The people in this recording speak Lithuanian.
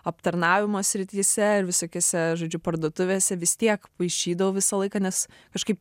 aptarnavimo srityse ir visokiose žodžiu parduotuvėse vis tiek paišydavau visą laiką nes kažkaip